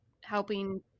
helping